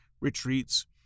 retreats